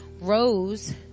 rose